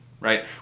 right